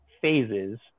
phases